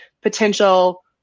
potential